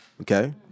okay